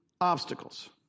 obstacles